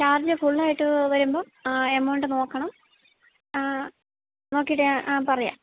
charge full ആയിട്ട് വരുമ്പം amount നോക്കണം നോക്കിയിട്ട് ഞാൻ ആ പറയാം